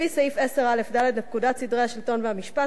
לפי סעיף 10א(ד) לפקודת סדרי השלטון והמשפט,